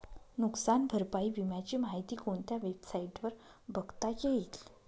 नुकसान भरपाई विम्याची माहिती कोणत्या वेबसाईटवर बघता येईल?